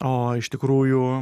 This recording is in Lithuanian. o iš tikrųjų